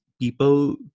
people